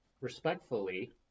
respectfully